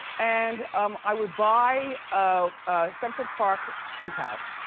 and um i would buy a central park penthouse,